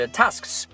tasks